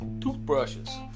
toothbrushes